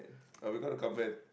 but we gotta comment